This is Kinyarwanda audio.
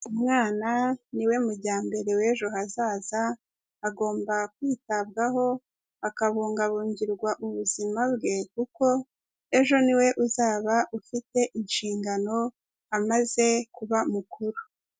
Umwana niwe mujyambere w'ejo hazaza agomba kwitabwaho akabungabungirwa ubuzima bwe kuko ejo ni we uzaba afite inshingano amaze kuba mukuru.